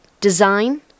design